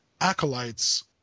acolytes